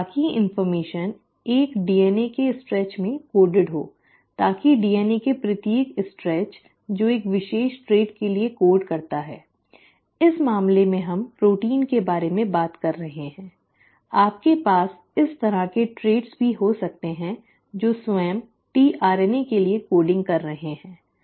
ताकि इन्फ़र्मेशन एक DNA के स्ट्रेच में कोडिड हो ताकि DNA के प्रत्येक स्ट्रेच जो एक विशेष ट्रेट के लिए कोड करता है इस मामले में हम प्रोटीन के बारे में बात कर रहे हैं आपके पास इस तरह के ट्रेट भी हो सकते हैं जो स्वयं tRNA के लिए कोडिंग कर रहे हैं